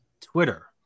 Twitter